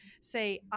say